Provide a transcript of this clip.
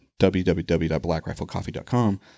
www.blackriflecoffee.com